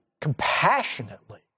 compassionately